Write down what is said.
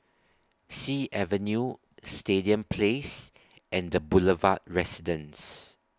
Sea Avenue Stadium Place and The Boulevard Residence